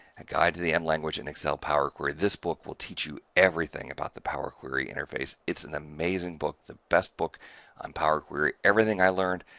a guide to the m language in excel power query. this book will teach you everything about the power query interface. it's an amazing book the best book on power query. everything i learned,